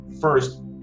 first